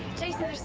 jason,